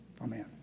Amen